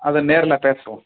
அது நேரில் பேசுவோம்